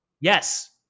Yes